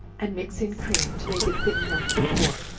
and mix in cream to make it thin enough to pour,